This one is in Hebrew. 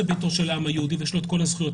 ביתו של העם היהודי ויש לו את הזכויות,